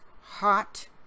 hot